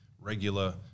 regular